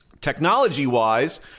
technology-wise